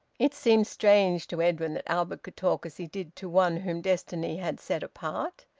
it seemed strange to edwin that albert could talk as he did to one whom destiny had set apart,